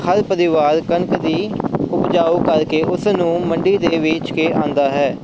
ਹਰ ਪਰਿਵਾਰ ਕਣਕ ਦੀ ਉਪਜਾਊ ਕਰਕੇ ਉਸ ਨੂੰ ਮੰਡੀ ਦੇ ਵੇਚ ਕੇ ਆਉਂਦਾ ਹੈ